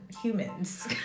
humans